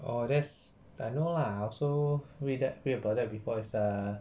oh that's I know lah I also read that read about that before it's err